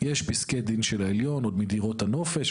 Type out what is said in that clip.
יש פסקי דין של העליון עוד מדירות הנופש,